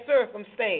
circumstance